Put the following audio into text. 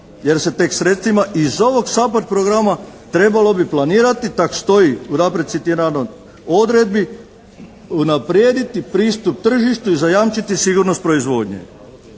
jer se tek sredstvima i iz ovog SAPHARD programa trebalo bi planirati, tak stoji unaprijed citiranoj odredbi unaprijediti pristup tržištu i zajamčiti sigurnost proizvodnje.